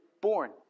born